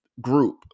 group